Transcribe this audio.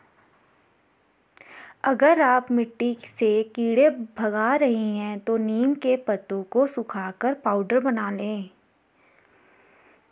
अगर आप मिट्टी से कीड़े भगा रही हैं तो नीम के पत्तों को सुखाकर पाउडर बना लें